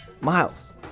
Miles